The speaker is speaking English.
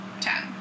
ten